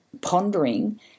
pondering